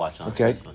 Okay